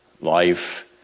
life